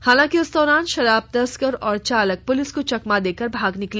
हालांकि इस दौरान शराब तस्कर और चालक पुलिस को चकमा देकर भाग निकले